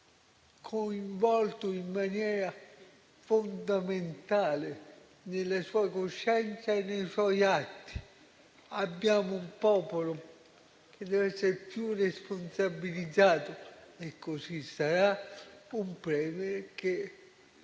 coinvolto in maniera fondamentale nella sua coscienza e nei suoi atti. Abbiamo un popolo che deve essere più responsabilizzato - e così sarà - e un